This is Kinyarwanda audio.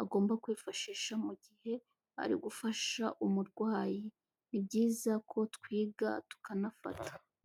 agomba kwifashisha mu gihe ari gufasha umurwayi, ni byiza ko twiga tukanafata.